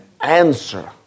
answer